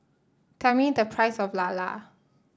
tell me the price of Lala